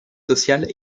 sociales